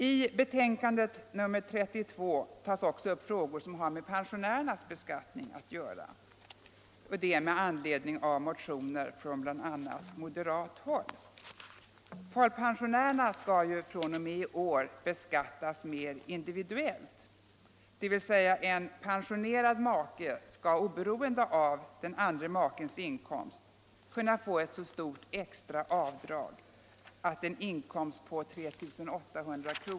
I betänkandet nr 32 tas också upp frågor som har med pensionärernas beskattning att göra, detta med anledning av motioner från bl.a. moderat håll. Folkpensionärer skall ju fr.o.m. i år beskattas mer individuellt, dvs. en pensionerad make skall oberoende av den andre makens inkomst kunna få ett så stort extra avdrag att en inkomst på 3 800 kr.